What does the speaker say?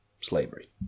slavery